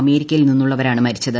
അമേരിക്കയിൽ നിന്നുള്ളവരാണ് മരിച്ചത്